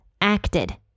acted